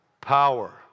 Power